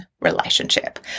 relationship